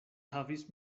havis